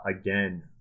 again